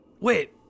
Wait